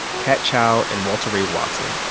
kat chow and walter ray watson.